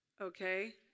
okay